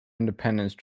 independence